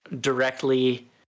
directly